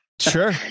sure